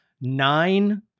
nine